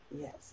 Yes